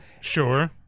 Sure